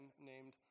named